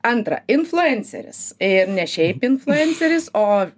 antra influenceris ir ne šiaip influenceris o